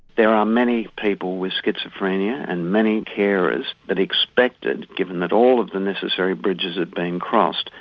there are many people with schizophrenia and many carers that expected, given that all of the necessary bridges had been crossed,